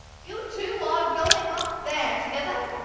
you two are going off there together?